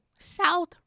south